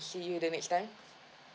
see you the next time